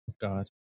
God